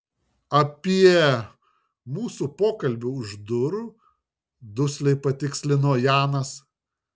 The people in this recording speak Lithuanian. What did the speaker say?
apie mūsų pokalbį už durų dusliai patikslino janas